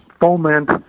foment